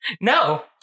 no